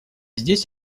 здесь